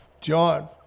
john